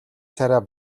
царай